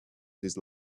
these